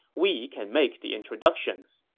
we can make the introductions.